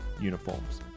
uniforms